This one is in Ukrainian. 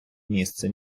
місце